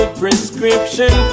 prescription